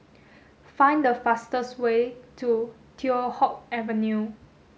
find the fastest way to Teow Hock Avenue